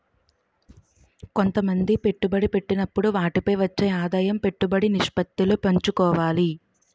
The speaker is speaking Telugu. కొంతమంది పెట్టుబడి పెట్టినప్పుడు వాటిపై వచ్చే ఆదాయం పెట్టుబడి నిష్పత్తిలో పంచుకోవాలి